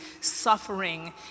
suffering